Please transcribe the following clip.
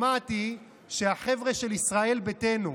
שמעתי שהחבר'ה של ישראל ביתנו,